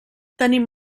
tenim